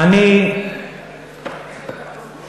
אני גם חוזר לדימונה,